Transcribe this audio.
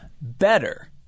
better